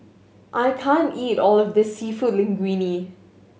I can't eat all of this Seafood Linguine